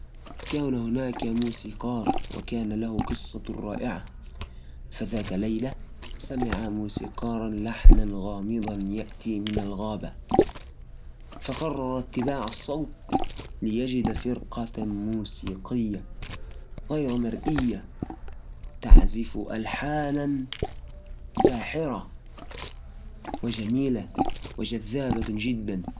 ذات ليلة، سمع موسيقار لحناً غامضاً يأتي من الغابة حاول يتجاهله، لكن اللحن كان ساحراً وما قدر يقاوم حمل عوده واتجه نحو الصوت بخطوات بطيئة ولما وصل، شاف مجموعة من الكائنات الغريبة تعزف بأدوات عجيبة كأنها تحتفل انضم لهم وبدأ يعزف معاهم ومن يومها صار يرجع للغابة كل ليلة يلعب معهم بالألحان